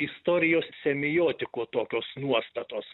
istorijos semiotiko tokios nuostatos